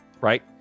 right